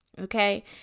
okay